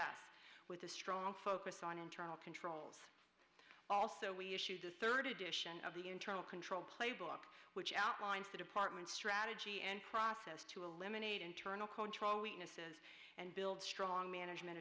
s with a strong focus on internal controls also we issued the third edition of the internal control playbook which outlines the department's strategy and process to eliminate internal control weaknesses and build strong management